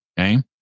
Okay